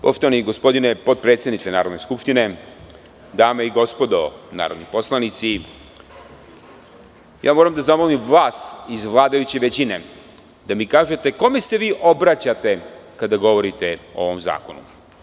Poštovani gospodine potpredsedniče Narodne skupštine, dame i gospodo narodni poslanici, moram da zamolim vas iz vladajuće većine da mi kažete kome se vi obraćate kada govorite o ovom zakonu?